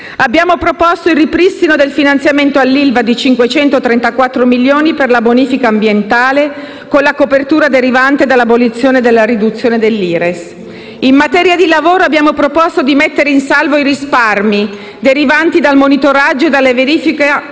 Abbiamo proposto il ripristino del finanziamento all'ILVA di 534 milioni per la bonifica ambientale con la copertura derivante dall'abolizione della riduzione dell'IRES. In materia di lavoro, abbiamo proposto di mettere in salvo i risparmi derivanti dal monitoraggio e dalla verifica